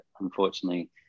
unfortunately